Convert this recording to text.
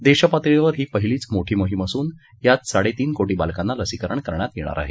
देशपातळीवर ही पहिलीच मोठी मोहिम असून यात साडेतीन कोटी बालकांना लसीकरण करण्यात येणार आहे